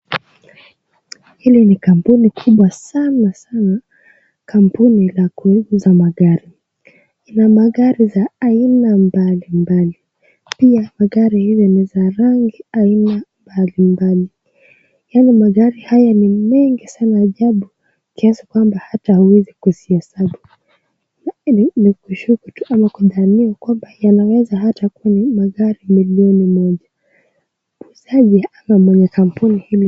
Hili ni kapuni kubwa kubwa sana, kampuni la kuuza magari, ina aina ya magari mbalimbali pia magari hizi ni za rangi aina mbalimbali, magari haya ni mengi sana ajabu, kiasi kwamba huwezi kuzihesabu, lakini yanaweza kudhaniwa hata kuwa ni magari milioni moja muuzaji ama mwenye kampuni hili.